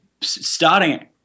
starting